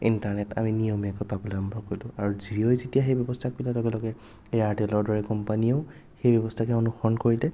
internet আমি নিয়মীয়াকৈ পাবলৈ আৰম্ভ কৰিলোঁ আৰু জিঅ'য়ে যেতিয়া সেই ব্যৱস্থা কৰি দিয়া লগে লগে এয়াৰটেলৰ দৰে কোম্পানীয়েও সেই ব্যৱস্থাকে অনুসৰণ কৰিলে